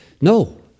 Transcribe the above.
No